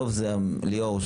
בסוף ליאור,